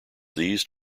these